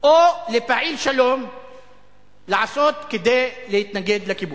או לפעיל שלום לעשות כדי להתנגד לכיבוש.